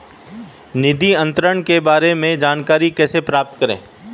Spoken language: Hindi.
निधि अंतरण के बारे में जानकारी कैसे प्राप्त करें?